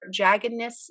jaggedness